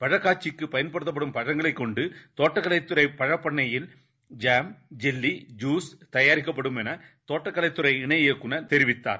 பழக்காட்சிக்குபயன்படுத்தப்படும்பழங்களைகொண்டுதோட்டக்கலைபழப்ப ண்ணையில்ஜாம் ஜெல்லி ஜூஸ்தயாரிக்கபடும்எனதோட்டக்கலைதுறைஇணைஇயக்குநர்தெரிவித்தார்